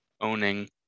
owning